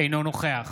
אינו נוכח